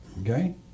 Okay